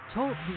Talk